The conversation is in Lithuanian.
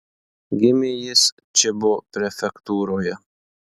gimė jis čibo prefektūroje